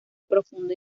profundo